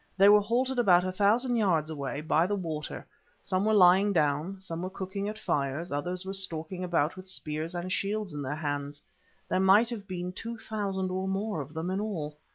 they were halted about a thousand yards away, by the water some were lying down, some were cooking at fires, others were stalking about with spears and shields in their hands there might have been two thousand or more of them in all.